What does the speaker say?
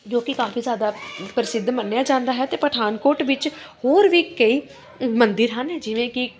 ਜੋ ਕਿ ਕਾਫ਼ੀ ਜ਼ਿਆਦਾ ਪ੍ਰਸਿੱਧ ਮੰਨਿਆ ਜਾਂਦਾ ਹੈ ਅਤੇ ਪਠਾਨਕੋਟ ਵਿੱਚ ਹੋਰ ਵੀ ਕਈ ਮੰਦਿਰ ਹਨ ਜਿਵੇਂ ਕਿ